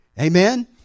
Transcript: Amen